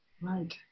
Right